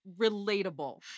relatable